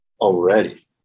already